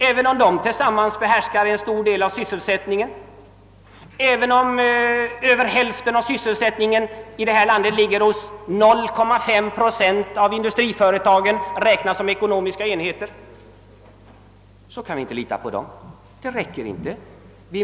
även om dessa företag tillsammans behärskar en stor del av sysselsättningen, även om över hälften av sysselsättningen i vårt land ligger hos 0,5 procent av industriföretagen, om man räknar i ekonomiska enheter, kan vi inte lita på dem. Det räcker inte!